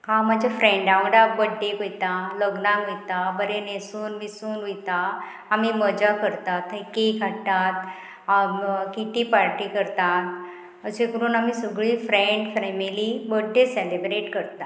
हांव म्हज्या फ्रेंडा वांगडा बर्थडे वयतां लग्नांग वयतां बरें न्हेसून मिसून वयतां आमी मजा करतात थंय केक हाडटात किटी पार्टी करतात अशें करून आमी सगळी फ्रेंड फेमिली बर्थडे सेलेब्रेट करता